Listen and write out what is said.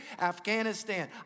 Afghanistan